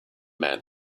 man